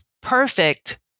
perfect